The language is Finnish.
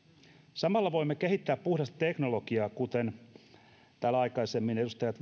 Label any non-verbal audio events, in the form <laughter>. samalla voimme kehittää puhdasta teknologiaa kuten täällä aikaisemmin edustajat <unintelligible>